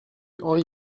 henri